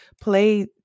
play